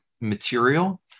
material